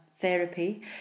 therapy